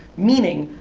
meaning,